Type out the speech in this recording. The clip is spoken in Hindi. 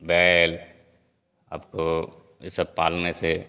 बैल अब इसे पालने से